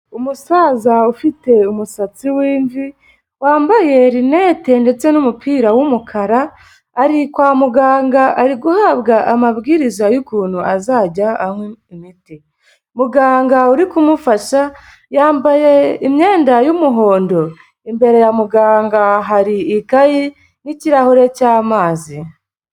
Umusaza ufite umusatsi w'imvi, wambaye rinete ndetse n'umupira w'umukara, ari kwa muganga ari guhabwa amabwiriza y'ukuntu azajya anywa imiti, muganga uri kumufasha yambaye imyenda y'umuhondo, imbere ya muganga hari ikayi n'ikirahure cy'amazi.